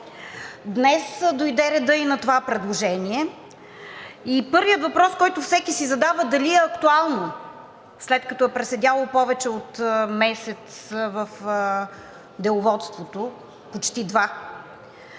Днес дойде реда и на това предложение и първият въпрос, който всеки си задава – дали е актуално, след като е преседяло повече от месец в Деловодството, почти два?